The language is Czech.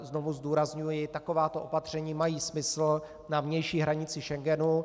Znovu zdůrazňuji, takováto opatření mají smysl na vnější hranici Schengenu.